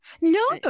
No